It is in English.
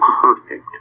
perfect